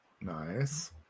Nice